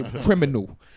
criminal